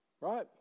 Right